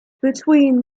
between